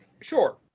Sure